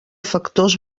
factors